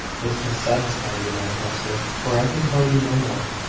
this must satisfy you now, hester for i can tell you no more.